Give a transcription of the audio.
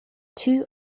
two